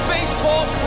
Baseball